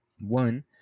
One